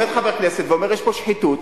עומד חבר כנסת ואומר: יש פה שחיתות,